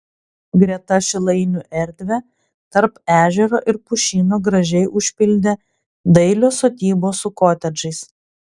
greta šilainių erdvę tarp ežero ir pušyno gražiai užpildė dailios sodybos su kotedžais